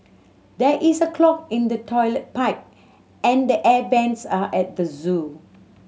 there is a clog in the toilet pipe and the air vents are at the zoo